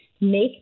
make